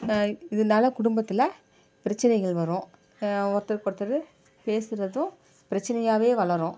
இதனால குடும்பத்தில் பிரச்சனைகள் வரும் ஒருத்தருக்கொருத்தர் பேசுகிறதும் பிரச்சனையாகவே வளரும்